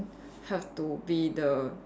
have to be the